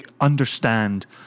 understand